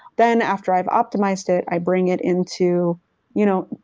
then after i've optimized it, i bring it into you know,